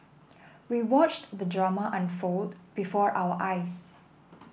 we watched the drama unfold before our eyes